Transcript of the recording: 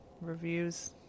reviews